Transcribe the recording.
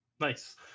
Nice